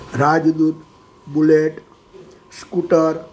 Rajdoot bullet scooter